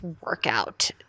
workout